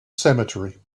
cemetery